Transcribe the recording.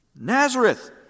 Nazareth